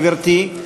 גברתי,